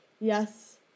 Yes